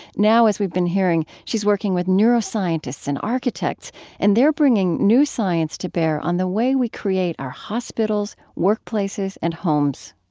now, as we've been hearing, she's working with neuroscientists and architects and they're bringing new science to bear on the way we create our hospitals, workplaces, and homes